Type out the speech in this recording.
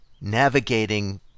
Navigating